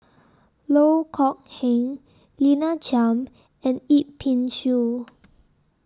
Loh Kok Heng Lina Chiam and Yip Pin Xiu